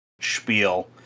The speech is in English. spiel